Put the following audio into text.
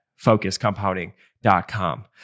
focuscompounding.com